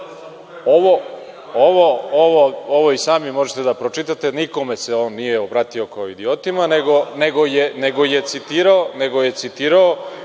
ovo i sami možete da pročitate, nikome se on nije obratio kao idiotima, nego je citirao